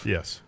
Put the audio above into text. Yes